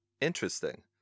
Interesting